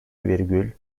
virgül